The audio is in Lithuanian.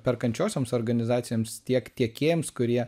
perkančiosioms organizacijoms tiek tiekėjams kurie